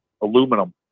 aluminum